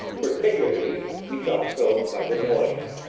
particularly we thought so by the noise.